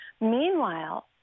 Meanwhile